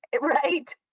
right